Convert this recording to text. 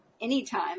anytime